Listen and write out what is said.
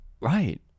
right